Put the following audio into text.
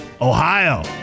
Ohio